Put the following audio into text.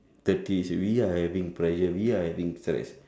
thirties we are having pressure we are having stress